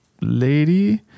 Lady